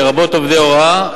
לרבות עובדי הוראה,